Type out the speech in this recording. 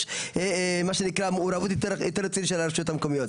מה שנקרא מעורבות יותר רצינית של הרשויות המקומית.